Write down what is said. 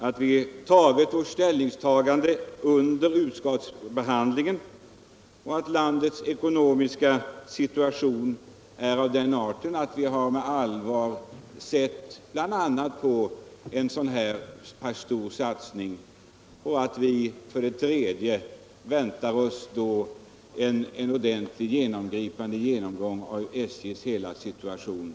Vi har gjort vårt ställningstagande under utskottsbehandlingen och ansett att landets ekonomiska situation är av den arten att man måste ta allvarligt bl.a. på en så pass stor satsning som den aktuella. Vidare väntar vi oss en ordentlig genomgripande genomgång av SJ:s hela situation.